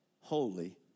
Holy